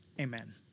amen